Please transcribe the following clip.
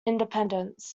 independence